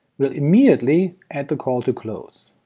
we'll immediately add the call to close